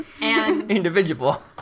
Individual